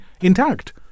intact